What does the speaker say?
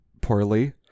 poorly